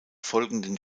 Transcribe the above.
folgenden